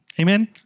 Amen